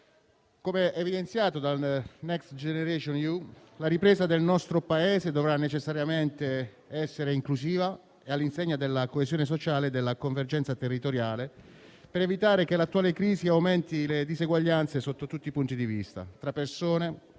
come evidenziato dal Next generation EU, la ripresa del nostro Paese dovrà necessariamente essere inclusiva e all'insegna della coesione sociale e della convergenza territoriale, per evitare che l'attuale crisi aumenti le diseguaglianze, sotto tutti i punti di vista, tra persone, generazioni